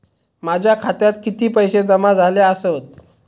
माझ्या खात्यात किती पैसे जमा झाले आसत?